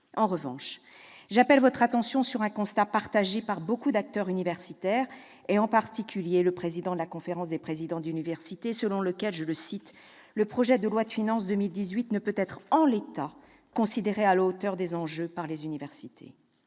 En revanche, j'attire votre attention sur un constat partagé par nombre d'acteurs universitaires, et en particulier le président de la Conférence des présidents d'université, selon lequel « le projet de loi de finances pour 2018 ne peut être, en l'état, considéré à la hauteur des enjeux par les universités.